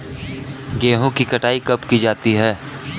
गेहूँ की कटाई कब की जाती है?